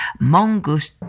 Mongoose